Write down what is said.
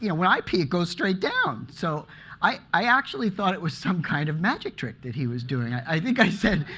yeah when i pee, it goes straight down. so i actually thought it was some kind of magic trick that he was doing. i think i said,